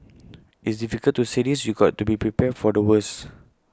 it's difficult to say this you've got to be prepared for the worst